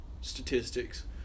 statistics